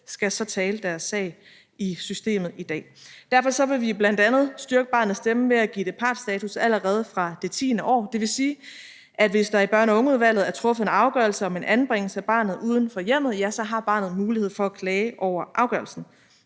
skal så tale deres sag i systemet i dag? Derfor vil vi bl.a. styrke barnets stemme ved at give det partsstatus allerede fra det tiende år. Det vil sige, at hvis der i børn- og ungeudvalget er truffet en afgørelse om en anbringelse af barnet uden for hjemmet, så har barnet mulighed for at klage over afgørelsen.